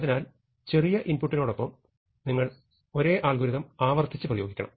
അതിനാൽ ചെറിയ ഇൻപുട്ടിനൊപ്പം നിങ്ങൾ ഒരേ അൽഗോരിതം ആവർത്തിച്ച് പ്രയോഗിക്കണം